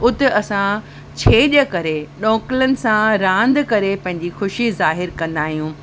उते असां छेॼ करे डोकलनि सां रांदि करे पंहिंजी ख़ुशी जाहिरु कंदा आहियूं